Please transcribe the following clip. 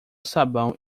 sabão